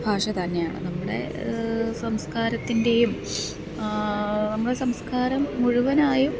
ഭാഷ തന്നെയാണ് നമ്മുടെ സംസ്കാരത്തിൻ്റെയും നമ്മളെ സംസ്കാരം മുഴുവനായും